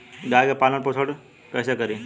गाय के पालन पोषण पोषण कैसे करी?